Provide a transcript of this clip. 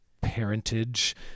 parentage